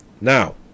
Now